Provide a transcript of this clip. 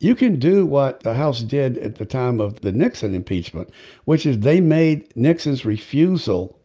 you can do what the house did at the time of the nixon impeachment which is they made nixon's refusal